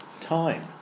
time